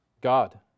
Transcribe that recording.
God